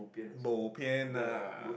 bo pian ah